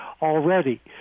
already